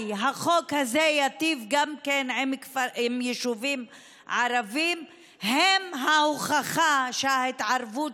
החוק הזה ייטיב גם עם יישובים ערביים הם ההוכחה שההתערבות